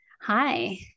Hi